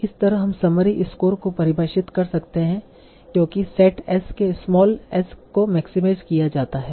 इस तरह हम समरी स्कोर को परिभाषित कर सकते हैं क्योंकि सेट S के स्माल s को मैक्सीमाईड किया जाता है